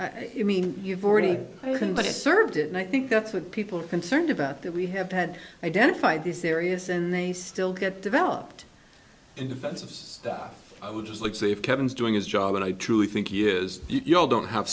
you mean you've already written but it served it and i think that's what people are concerned about that we have had identified these areas and they still get developed in defense of stuff i would just like say if kevin is doing his job and i truly think he is you know don't have